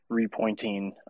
repointing